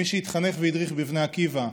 כמי שהתחנך והדריך בבני עקיבא,